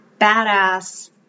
badass